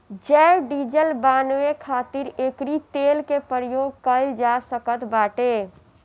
जैव डीजल बानवे खातिर एकरी तेल के प्रयोग कइल जा सकत बाटे